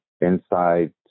inside